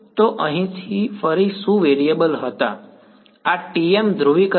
તો અહીં ફરીથી શું વેરિયેબલ હતા આ TM ધ્રુવીકરણ છે